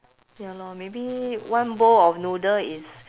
ya lor maybe one bowl of noodle is